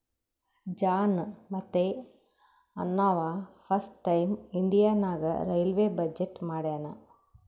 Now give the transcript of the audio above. John Mathai ಅಂನವಾ first time India ನಾಗ್ railway budget ಮಾಡ್ಯಾನ್